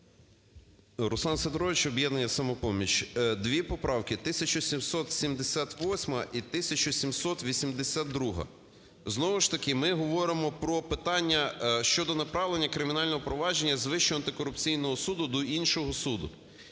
Руслан Сидорович, "Об'єднання "Самопоміч". Дві поправки: 1778-а і 1782-а. Знову ж таки ми говоримо про питання щодо направлення кримінального провадження з Вищого антикорупційного суду до іншого суду.